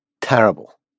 terrible